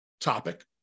topic